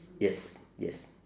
yes yes